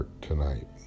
Tonight